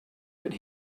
but